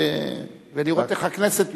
ולראות איך הכנסת יוזמת.